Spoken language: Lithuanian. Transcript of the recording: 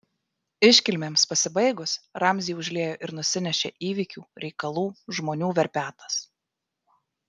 iškilmėms pasibaigus ramzį užliejo ir nusinešė įvykių reikalų žmonių verpetas